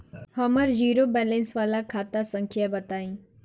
हमर zero balance वाला खाता संख्या बताई?